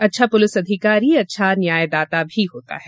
अच्छा पुलिस अधिकारी अच्छा न्यायदाता भी होता है